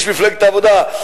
איש מפלגת העבודה,